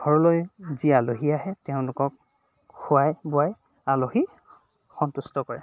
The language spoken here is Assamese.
ঘৰলৈ যি আলহী আহে তেওঁলোকক খুৱাই বোৱাই আলহীক সন্তুষ্ট কৰে